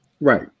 right